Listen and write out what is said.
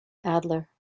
adler